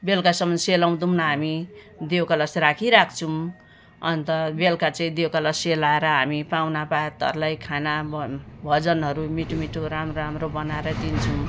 बेलुकासम्म सेलाउँदैनौँ हामी दियो कलश राखिराख्छौँ अन्त बेलुका चाहिँ दियो कलश सेलाएर हामी पाहुनापातहरूलाई खाना भोजनहरू मिठोमिठो राम्रोराम्रो बनाएरै दिन्छौँ